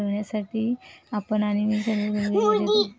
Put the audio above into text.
सिंचनाचा दर्जा वाढवण्यासाठी आपण आणि मी सर्व शेतकऱ्यांशी बोलू शकतो